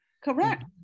Correct